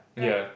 yeah